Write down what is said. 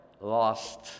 lost